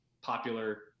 popular